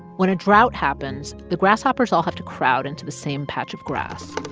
when a drought happens, the grasshoppers all have to crowd into the same patch of grass.